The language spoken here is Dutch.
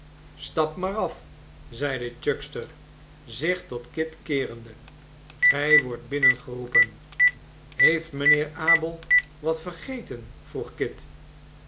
stap maar af zeide chuckster zich tot kit keerende gij wordt binnen geroepen heeft mijnheer abel wat vergeten vroeg kit